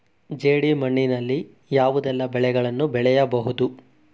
ಜೇಡಿ ಮಣ್ಣಿನಲ್ಲಿ ಯಾವುದೆಲ್ಲ ಬೆಳೆಗಳನ್ನು ಬೆಳೆಯಬಹುದು?